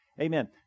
Amen